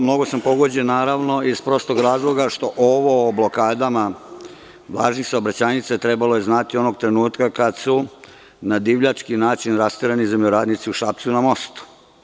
Mnogo sam pogođen, naravno, iz prostog razloga što je ovo o blokadama važnih saobraćajnica trebalo znati onog trenutka kada su na divljački način rasterani zemljoradnici u Šapcu na mostu.